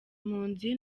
mpunzi